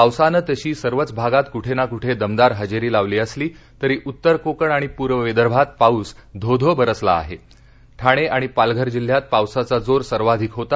पावसानं तशी सर्वच भागात कुठत्त्वि कुठठ्ठिमदार हजती लावली असली तरी उत्तर कोकण आणि पूर्व विदर्भात पाऊस धो धो बरसला आहाऊणआणि पालघर जिल्ह्यात पावसाचा जोर सर्वाधिक होता